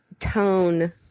tone